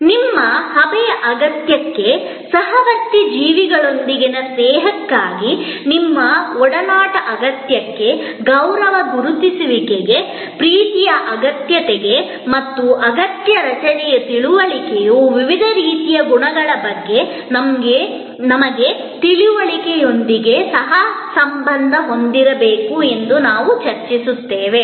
ನಿಮ್ಮ ಹಬೆಯ ಅಗತ್ಯಕ್ಕೆ ಸಹವರ್ತಿ ಜೀವಿಗಳೊಂದಿಗಿನ ಸ್ನೇಹಕ್ಕಾಗಿ ನಿಮ್ಮ ಒಡನಾಟದ ಅಗತ್ಯಕ್ಕೆ ಗೌರವ ಗುರುತಿಸುವಿಕೆ ಪ್ರೀತಿಯ ಅಗತ್ಯತೆ ಮತ್ತು ಅಗತ್ಯ ರಚನೆಯ ತಿಳುವಳಿಕೆಯು ವಿವಿಧ ರೀತಿಯ ಗುಣಗಳ ಬಗ್ಗೆ ನಮ್ಮ ತಿಳುವಳಿಕೆಯೊಂದಿಗೆ ಸಹ ಸಂಬಂಧ ಹೊಂದಿರಬೇಕು ಅದು ನಾವು ಚರ್ಚಿಸುತ್ತಿದ್ದೇವೆ